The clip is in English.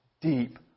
deep